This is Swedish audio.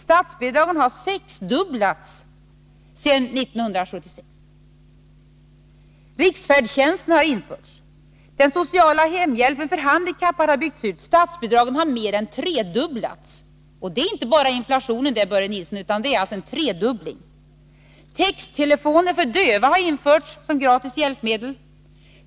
Statsbidragen har sexdubblats sedan 1976. Riksfärdtjänsten har införts. Den sociala hemhjälpen för handikappade har byggts ut. Statsbidragen har mer än tredubblats, och det är inte bara inflationen det, Börje Nilsson! Texttelefon har införts som gratis hjälpmedel för döva.